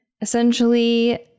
Essentially